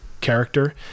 character